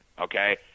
okay